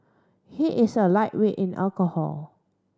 he is a lightweight in alcohol